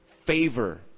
favor